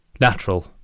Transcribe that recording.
Natural